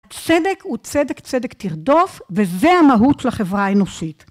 צדק הוא "צדק צדק תרדוף", וזה המהות של החברה האנושית.